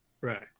Right